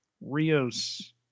Rios